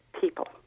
people